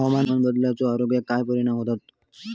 हवामान बदलाचो आरोग्याक काय परिणाम होतत?